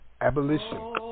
Abolition